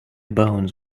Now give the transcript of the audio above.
bones